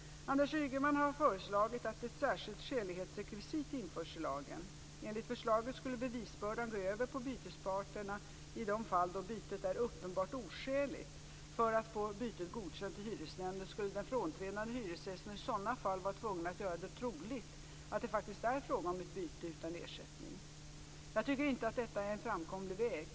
Anders Ygeman har föreslagit att ett särskilt skälighetsrekvisit införs i lagen. Enligt förslaget skulle bevisbördan gå över på bytesparterna i de fall då bytet är "uppenbart oskäligt". För att få bytet godkänt i hyresnämnden skulle den frånträdande hyresgästen i sådana fall vara tvungen att göra det troligt att det faktiskt är fråga om ett byte utan ersättning. Jag tycker inte att detta är en framkomlig väg.